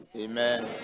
amen